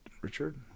Richard